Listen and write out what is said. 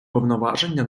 повноваження